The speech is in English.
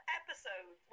episode